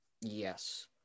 Yes